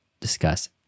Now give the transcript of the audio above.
discuss